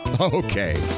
Okay